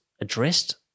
addressed